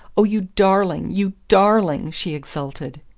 oh, you darling, you darling! she exulted.